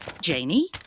Janie